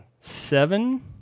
Seven